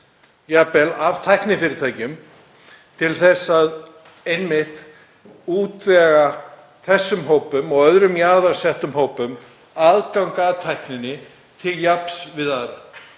jafnvel af tæknifyrirtækjum, til þess einmitt að útvega þessum hópum og öðrum jaðarsettum hópum aðgang að tækninni til jafns við